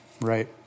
Right